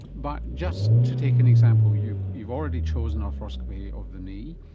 but just to take an example, you've you've already chosen arthroscopy of the knee,